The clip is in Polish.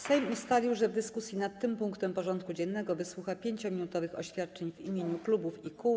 Sejm ustalił, że w dyskusji nad tym punktem porządku dziennego wysłucha 5-minutowych oświadczeń w imieniu klubów i kół.